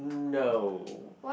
no